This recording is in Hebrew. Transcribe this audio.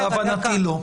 להבנתי, לא.